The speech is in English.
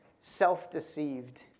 self-deceived